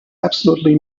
absolutely